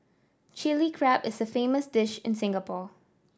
Chilli Crab is a famous dish in Singapore